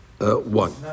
one